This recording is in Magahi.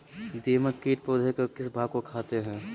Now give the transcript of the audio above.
दीमक किट पौधे के किस भाग को खाते हैं?